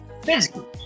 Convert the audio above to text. physically